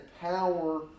power